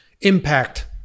impact